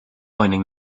pointing